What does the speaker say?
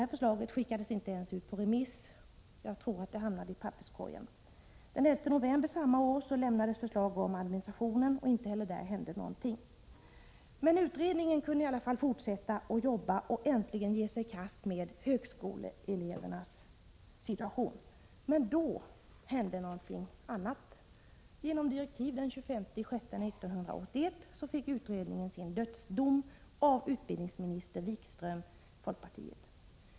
Det förslaget skickades inte ens ut på remiss — jag tror att det hamnade i papperskorgen. Den 11 november samma år lämnades förslag om administrationen. Inte heller där hände någonting. Men utredningen kunde i alla fall fortsätta att arbeta och äntligen ge sig i kast med högskoleelevernas situation. Men då hände något annat. Genom direktiv den 25 juni 1981 fick utredningen sin dödsdom av utbildningsminister Wikström, folkpartiet.